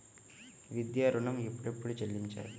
విద్యా ఋణం ఎప్పుడెప్పుడు చెల్లించాలి?